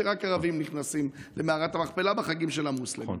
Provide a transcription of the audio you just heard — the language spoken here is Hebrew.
שרק ערבים נכנסים למערת המכפלה בחגים של המוסלמים.